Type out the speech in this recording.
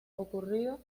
ocurrido